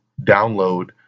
download